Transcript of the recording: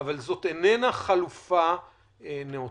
אבל זאת איננה חלופה נאותה.